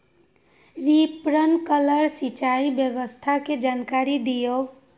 Sprinkler सिंचाई व्यवस्था के जाकारी दिऔ?